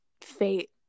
fate